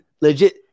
legit